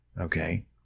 okay